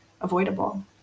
avoidable